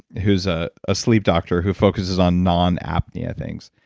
who's a ah sleep doctor, who focuses on non-apnea things,